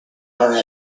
are